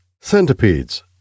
centipedes